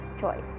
Choice